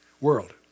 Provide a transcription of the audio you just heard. world